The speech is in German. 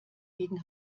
gegen